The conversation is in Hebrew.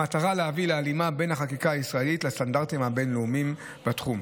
במטרה להביא להלימה בין החקיקה הישראלית לסטנדרטים הבין-לאומיים בתחום.